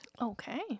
Okay